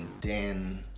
Dan